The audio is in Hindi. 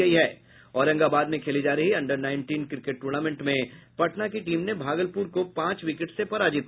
औरंगाबाद में खेली जा रही अंडर नाईंटिन क्रिकेट टूर्नामेंट में पटना की टीम ने भागलपुर को पांच विकेट से पराजित किया